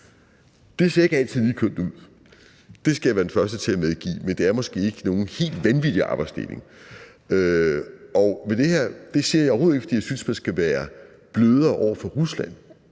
Det ser ikke altid lige kønt ud, det skal jeg være den første til at medgive, men det er måske ikke nogen helt vanvittig arbejdsdeling. Og det siger jeg overhovedet ikke, fordi jeg synes, man skal være blødere over for Rusland